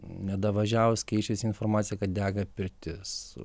nedavažiavus keičiasi informacija kad dega pirtis